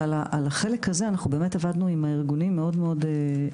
ועל החלק הזה אנחנו באמת עבדנו עם הארגונים מאוד מאוד צמוד,